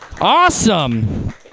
Awesome